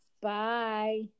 Bye